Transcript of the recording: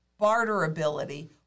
barterability